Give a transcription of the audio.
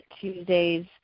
Tuesdays